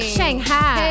Shanghai